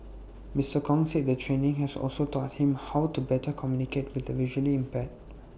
Mister Kong said the training has also taught him how to better communicate with the visually impaired